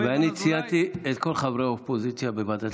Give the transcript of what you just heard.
ציינתי את כל חברי האופוזיציה בוועדת הכספים.